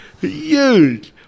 Huge